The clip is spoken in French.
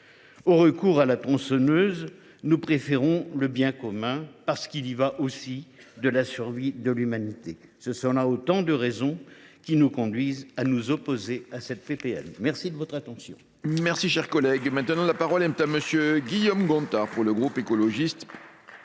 Au recours à la tronçonneuse, nous préférons le bien commun, parce qu’il y va aussi de la survie de l’humanité. Telles sont les raisons qui nous conduisent à nous opposer à cette proposition